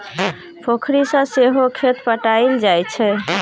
पोखरि सँ सहो खेत पटाएल जाइ छै